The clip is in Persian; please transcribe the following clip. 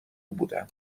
بودم